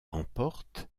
remportent